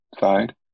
side